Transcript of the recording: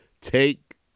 Take